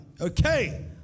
Okay